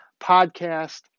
podcast